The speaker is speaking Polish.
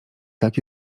tak